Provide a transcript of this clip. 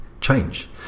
change